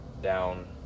down